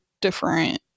different